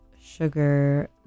sugar